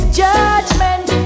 judgment